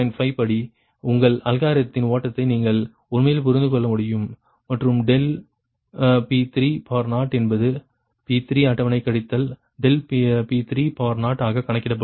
5 படி உங்கள் அல்காரிதத்தின் ஓட்டத்தை நீங்கள் உண்மையில் புரிந்து கொள்ள முடியும் மற்றும் ∆p3 என்பது P3 அட்டவணை கழித்தல் p3 ஆக கணக்கிடப்படும்